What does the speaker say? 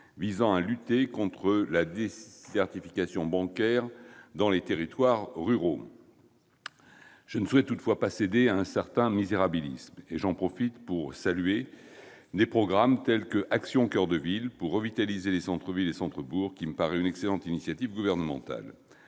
visant à lutter contre la désertification bancaire dans les territoires ruraux. Je ne souhaite toutefois pas céder à un certain misérabilisme et j'en profite pour saluer des programmes tels qu'« Action coeur de ville », qui me paraît une excellente initiative gouvernementale